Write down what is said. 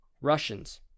Russians